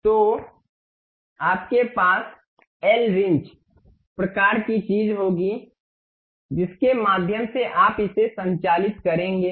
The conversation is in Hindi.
तो आपके पास एल रिंच प्रकार की चीज होगी जिसके माध्यम से आप इसे संचालित करेंगे